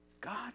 God